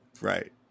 right